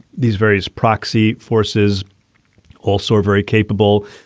these various proxy forces also are very capable.